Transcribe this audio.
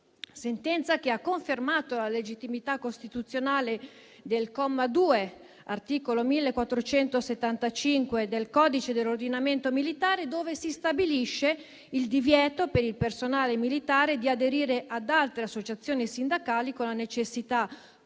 del 2018, che ha confermato la legittimità costituzionale dell'articolo 1475, comma 2, del codice dell'ordinamento militare, dove si stabilisce il divieto per il personale militare di aderire ad altre associazioni sindacali, con la necessità